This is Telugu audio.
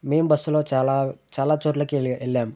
మేం బస్సులో చాలా చాలా చోట్లకి వెళ్ళి వెళ్ళాము